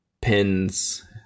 pins